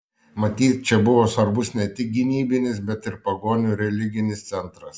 matyt čia buvo svarbus ne tik gynybinis bet ir pagonių religinis centras